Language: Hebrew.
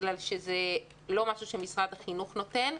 בגלל שזה לא משהו שמשרד החינוך נותן.